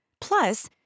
Plus